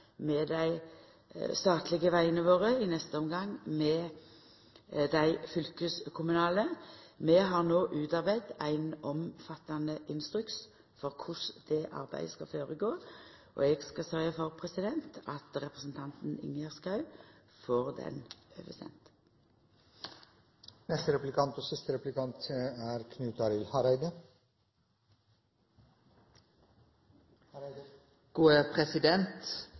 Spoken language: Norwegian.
med dei statlege vegane våre, i neste omgang med dei fylkeskommunale. Vi har no utarbeidd ein omfattande instruks for korleis det arbeidet skal gå føre seg, og eg skal sørgja for at representanten Ingjerd Schou får denne oversendt. Eg er heilt einig med statsråden. Me skal ikkje byggje opp nokre eigne system, me har eit godt system og